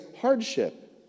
hardship